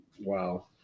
Wow